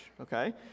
okay